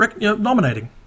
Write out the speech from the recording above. nominating